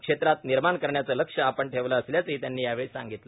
क्षेत्रात निर्माण करण्याचे लक्ष्य आपण ठेवले असल्याचे त्यांनी यावेळी सांगितले